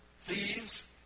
thieves